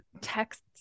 texts